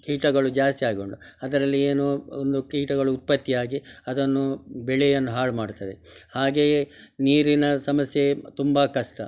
ಕೀಟಗಳು ಜಾಸ್ತಿ ಅದರಲ್ಲಿ ಏನೂ ಒಂದು ಕೀಟಗಳು ಉತ್ಪತ್ತಿಯಾಗಿ ಅದನ್ನು ಬೆಳೆಯನ್ನ ಹಾಳು ಮಾಡ್ತದೆ ಹಾಗೆಯೇ ನೀರಿನ ಸಮಸ್ಯೆ ತುಂಬ ಕಷ್ಟ